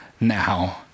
now